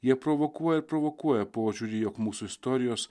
jie provokuoja ir provokuoja požiūrį jog mūsų istorijos